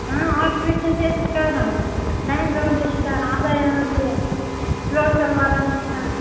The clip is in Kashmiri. اۭں آلٹرٛیشَن چھِ أسۍ کَران لہنٛگٲہَن تہِ چھِ کَران اَبَیاہَن تہِ فِراک شَلوارَن تہِ چھِ کران